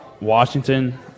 Washington